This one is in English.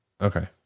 Okay